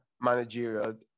managerial